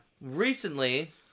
recently